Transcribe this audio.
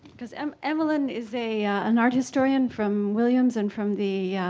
because um emmelyn is a an art historian from williams and from the